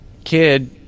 kid